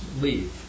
leave